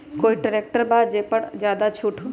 कोइ ट्रैक्टर बा जे पर ज्यादा छूट हो?